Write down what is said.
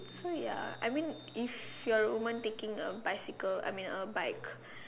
so ya I mean if you're a woman taking a bicycle I mean a bike